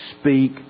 speak